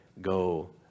go